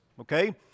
okay